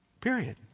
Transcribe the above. Period